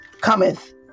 cometh